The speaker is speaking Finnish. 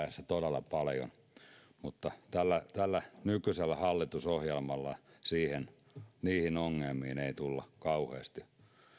jossain vaiheessa todella paljon mutta tällä nykyisellä hallitusohjelmalla niihin ongelmiin ei tulla kauheasti